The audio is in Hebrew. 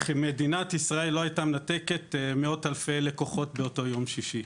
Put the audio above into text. מדינת ישראל לא הייתה מנתקת מאות אלפי לקוחות לאותו יום שישי.